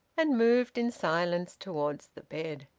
and moved in silence towards the bed.